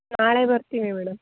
ನಾಳೆ ಬರ್ತೀನಿ ಮೇಡಮ್